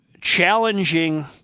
challenging –